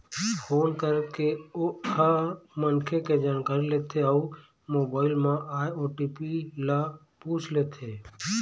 phone करके ओ ह मनखे के जानकारी लेथे अउ मोबाईल म आए ओ.टी.पी ल पूछ लेथे